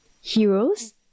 heroes